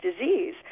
disease